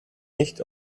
nicht